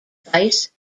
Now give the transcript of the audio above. vice